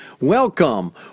Welcome